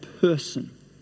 person